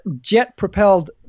jet-propelled